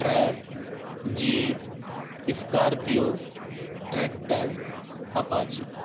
truck jeep scorpio tractor apache